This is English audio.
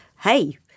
hey